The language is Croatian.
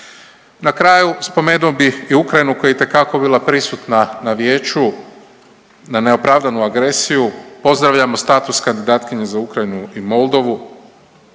Na kraju spomenuo bih i Ukrajinu koja je itekako bila prisutna na vijeću, na neopravdanu agresiju. Pozdravljamo status kandidatkinje za Ukrajinu i Moldovu.